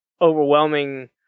overwhelming